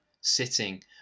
sitting